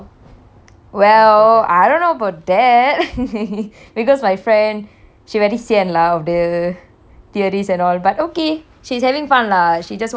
well I don't know about that because my friend she very sian lah of the theories and all but okay she's having fun lah she just want to